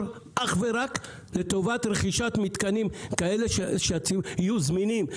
אך ורק לטובת רכישת מתקנים כאלה שיהיו זמינים.